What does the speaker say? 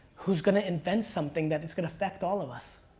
who's gonna invent something that's gonna affect all of us.